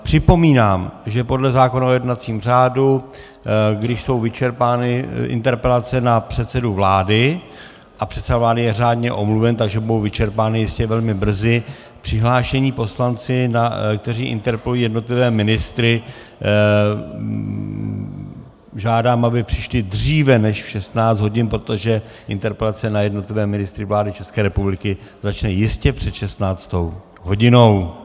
Připomínám, že podle zákona o jednacím řádu když jsou vyčerpány interpelace na předsedu vlády a předseda vlády je řádně omluven, takže budou vyčerpány jistě velmi brzy přihlášené poslance, kteří interpelují jednotlivé ministry, žádám, aby přišli dřív než v 16 hodin, protože interpelace na jednotlivé ministry vlády České republiky začnou jistě před 16. hodinou.